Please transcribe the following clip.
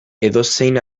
edozein